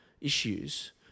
issues